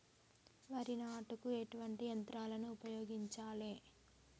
వరి నాటుకు ఎటువంటి యంత్రాలను ఉపయోగించాలే?